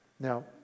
Now